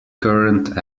current